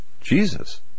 Jesus